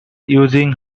using